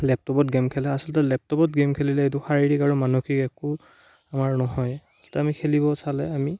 লেপটপত খেম খেলা আচলতে লেপটপত গেম খেলিলে এইটো শাৰীৰিক আৰু মানসিক একো আমাৰ নহয় ত' আমি খেলিব চালে আমি